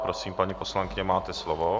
Prosím, paní poslankyně, máte slovo.